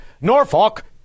Norfolk